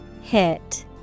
Hit